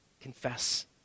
Confess